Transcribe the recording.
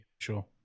sure